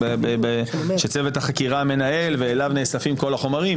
יש תיק שצוות החקירה מנהל ואליו נוספים כל החומרים,